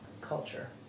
culture